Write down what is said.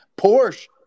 Porsche